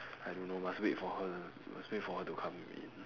I don't know must wait for her must wait for her to come in